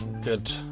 Good